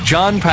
John